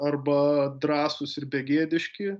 arba drąsūs ir begėdiški